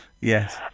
Yes